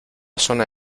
zona